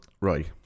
Right